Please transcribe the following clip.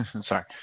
Sorry